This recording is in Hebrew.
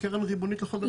קרן ריבונית לכל דבר.